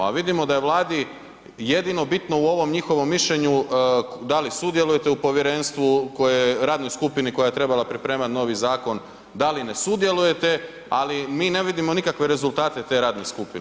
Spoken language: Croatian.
A vidimo da je Vladi jedino bitno u ovom njihovom mišljenju da li su sudjelujete u povjerenstvo koje radnoj skupini, koja je trebala pripremati novi zakon, da li ne sudjelujete, ali mi ne vidimo nikakve rezultate te radne skupine.